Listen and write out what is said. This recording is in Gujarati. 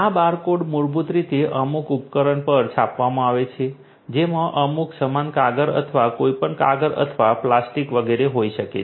આ બારકોડ મૂળભૂત રીતે અમુક ઉપકરણ પર છાપવામાં આવે છે જેમાં અમુક સામાન કાગળ અથવા કોઈપણ કાગળ અથવા પ્લાસ્ટિક વગેરે હોઈ શકે છે